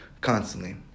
Constantly